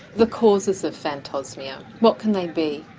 the causes of phantosmia, what can they be?